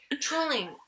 Trolling